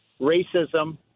racism